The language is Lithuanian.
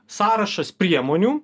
sąrašas priemonių